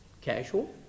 casual